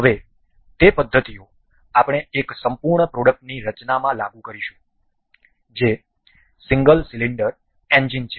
હવે તે પદ્ધતિઓ આપણે એક સંપૂર્ણ પ્રોડક્ટની રચનામાં લાગુ કરીશું જે સિંગલ સિલિન્ડર એન્જિન છે